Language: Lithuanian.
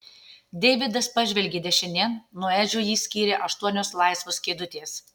deividas pažvelgė dešinėn nuo edžio jį skyrė aštuonios laisvos kėdutės